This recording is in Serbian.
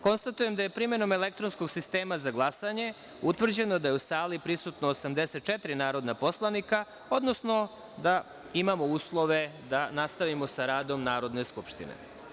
Konstatujem da je primenom elektronskog sistema za glasanje utvrđeno da je u sali prisutno 84 narodna poslanika, odnosno da imamo uslove da nastavimo sa radom Narodne skupštine.